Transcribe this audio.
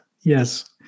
yes